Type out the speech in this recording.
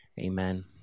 amen